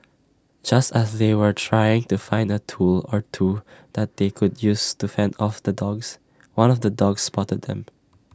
just as they were trying to find A tool or two that they could use to fend off the dogs one of the dogs spotted them